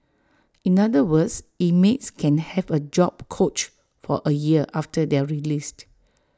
in other words inmates can have A job coach for A year after their released